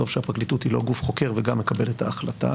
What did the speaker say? טוב שהפרקליטות היא לא גוף חוקר וגם מקבל את ההחלטה,